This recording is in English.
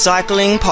Cycling